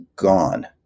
gone